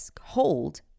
hold